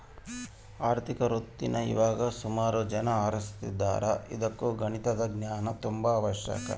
ಆರ್ಥಿಕ ವೃತ್ತೀನಾ ಇವಾಗ ಸುಮಾರು ಜನ ಆರಿಸ್ತದಾರ ಇದುಕ್ಕ ಗಣಿತದ ಜ್ಞಾನ ತುಂಬಾ ಅವಶ್ಯಕ